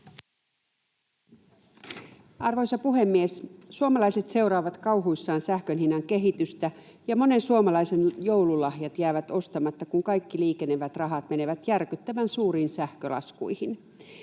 Arvoisa puhemies! Suomalaiset seuraavat kauhuissaan sähkönhinnan kehitystä, ja monen suomalaisen joululahjat jäävät ostamatta, kun kaikki liikenevät rahat menevät järkyttävän suuriin sähkölaskuihin.